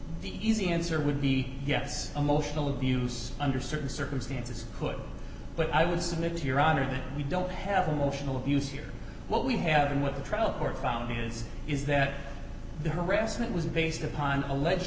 the easy answer would be yes emotional abuse under certain circumstances could but i would submit to your honor that we don't have emotional abuse here what we have and what the trial court found here is is that the harassment was based upon alleged